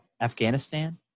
Afghanistan